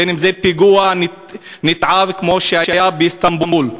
בין שזה פיגוע נתעב כמו שהיה באיסטנבול,